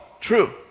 True